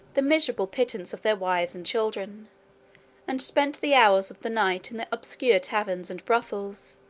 the miserable pittance of their wives and children and spent the hours of the night in the obscure taverns, and brothels,